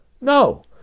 No